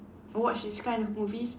watch this kind of movies